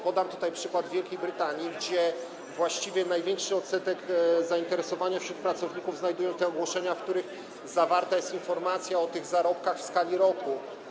Podam tutaj przykład Wielkiej Brytanii, gdzie właściwie największy odsetek zainteresowania wśród pracowników znajdują te ogłoszenia, w których zawarta jest informacja o tych zarobkach w skali roku.